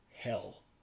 Hell